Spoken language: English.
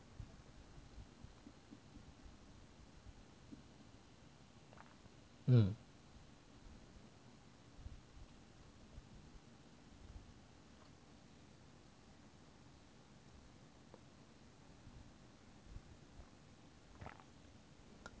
嗯